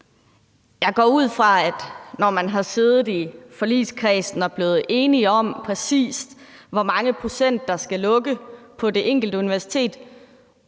Jeg går ud fra, at når man har siddet i forligskredsen og blevet enige om, præcis hvor mange procent der skal lukke på det enkelte universitet,